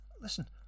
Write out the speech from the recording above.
Listen